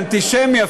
אנטישמי,